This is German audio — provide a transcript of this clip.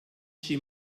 chi